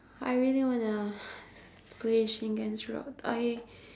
I really wanna play shingen's route I